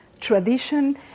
tradition